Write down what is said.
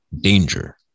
danger